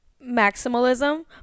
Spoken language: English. Maximalism